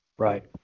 Right